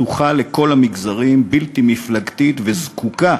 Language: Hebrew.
פתוחה לכל המגזרים, בלתי מפלגתית, זקוקה